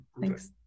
thanks